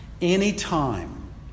anytime